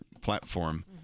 platform